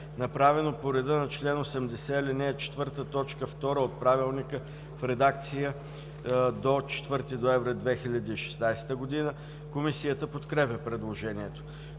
направено по реда на чл. 80, ал. 4, т. 2 от Правилника в редакция до 4 ноември 2016 г. Комисията подкрепя предложението.